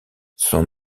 son